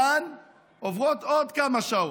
כאן עוברות עוד כמה שעות.